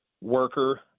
worker